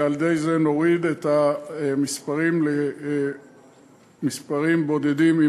ועל-ידי זה נוריד את המספרים למספרים בודדים,